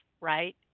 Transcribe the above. right